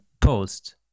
post